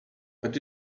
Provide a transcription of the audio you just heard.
but